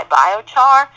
biochar